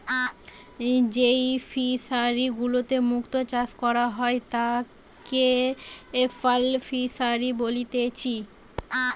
যেই ফিশারি গুলাতে মুক্ত চাষ করা হয় তাকে পার্ল ফিসারী বলেতিচ্ছে